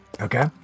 Okay